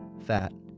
fat,